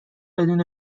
بدون